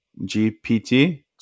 GPT